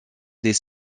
des